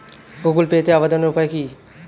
Google পেতে আবেদনের উপায় কি?